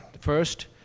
first